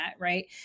right